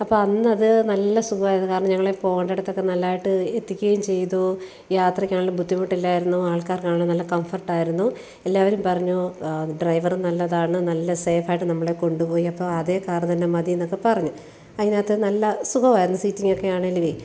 അപ്പം അന്നത് നല്ല സുഖമായിരുന്നു കാരണം ഞങ്ങളെ പോവേണ്ടിടത്തൊക്കെ നല്ലതായിട്ട് എത്തിക്കേം ചെയ്തു യാത്രക്കാണേലും ബുദ്ധിമുട്ടില്ലായിരുന്നു ആൾക്കാർക്കാണേലും നല്ല കംഫർട്ടായിരുന്നു എല്ലാവരും പറഞ്ഞു ഡ്രൈവർ നല്ലതാണ് നല്ല സേഫായിട്ട് നമ്മളെ കൊണ്ട് പോയി അപ്പോൾ അതേ കാറ് തന്നെ മതീന്നൊക്കെ പറഞ്ഞു അതിനകത്ത് നല്ല സുഖമായിരുന്നു സീറ്റിങ്ങോക്കെയാണേങ്കിൽ